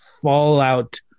fallout